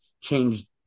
changed